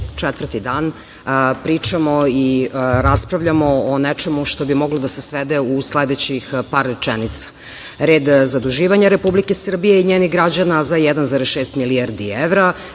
četvrti dan pričamo i raspravljamo o nečemu što bi moglo da se svede u sledećih par rečenica - red zaduživanje Republike Srbije i njenih građana za 1,6 milijardi evra,